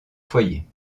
foyer